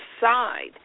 side